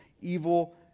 evil